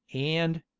and,